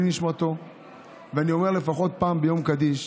נשמתו ואני אומר לפחות פעם ביום קדיש.